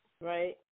right